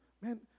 man